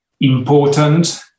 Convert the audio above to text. important